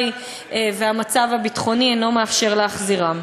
והמצב הביטחוני אינם מאפשרים להחזירם.